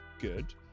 good